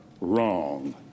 wrong